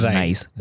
nice